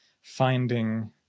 finding